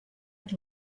had